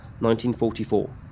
1944